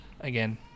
again